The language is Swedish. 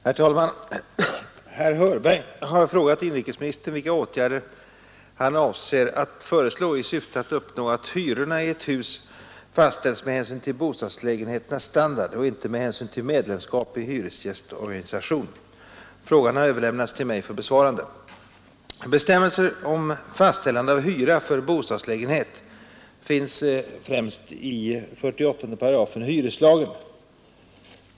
Herr talman! Herr Hörberg har frågat inrikesministern vilka åtgärder han avser att föreslå i syfte att uppnå att hyrorna i ett hus fastställes med hänsyn till bostadslägenheternas standard och ej med hänsyn till medlemskap i hyresgästorganisation. Frågan har överlämnats till mig för besvarande. Bestämmelser om fastställande av hyra för bostadslägenhet finns främst i 48 § hyreslagen.